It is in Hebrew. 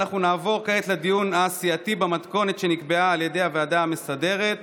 אנחנו נעבור כעת לדיון הסיעתי במתכונת שנקבעה על ידי הוועדה המסדרת.